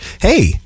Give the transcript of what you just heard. hey